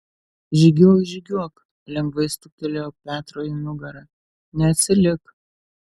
žygiuok žygiuok lengvai stuktelėjo petro į nugarą neatsilik